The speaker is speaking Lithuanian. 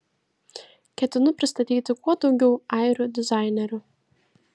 ketinu pristatyti kuo daugiau airių dizainerių